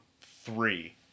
three